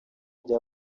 rya